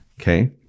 Okay